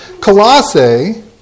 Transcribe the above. Colossae